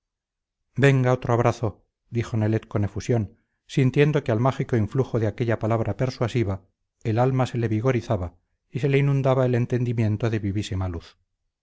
venga otro abrazo dijo nelet con efusión sintiendo que al mágico influjo de aquella palabra persuasiva el alma se le vigorizaba y se le inundaba el entendimiento de vivísima luz